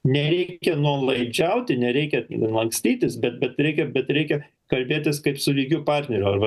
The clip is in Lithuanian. nereikia nuolaidžiauti nereikia lankstytis bet bet reikia bet reikia kalbėtis kaip su lygiu partneriu arba